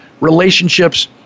relationships